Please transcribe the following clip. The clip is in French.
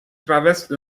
traversent